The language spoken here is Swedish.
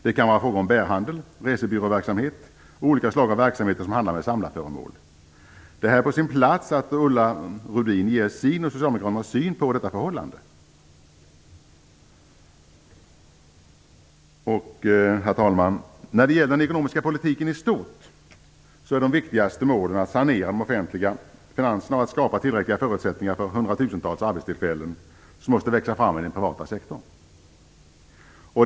Det kan vara fråga om bärhandel, resebyråverksamhet och olika slag av verksamheter som handlar med samlarföremål. Det är på sin plats att Ulla Rudin ger sin och Socialdemokraternas syn på detta förhållande. Herr talman! När det gäller den ekonomiska politiken i stort är de viktigaste målen att sanera de offentliga finanserna och att skapa tillräckliga förutsättningar för hundratusentals arbetstillfällen som måste växa fram i den privata sektorn.